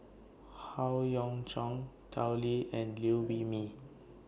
Howe Yoon Chong Tao Li and Liew Wee Mee